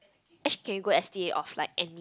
eh can you go S_P_A of like any